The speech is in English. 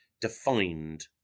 defined